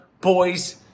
boys